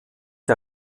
der